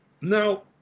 Now